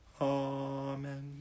Amen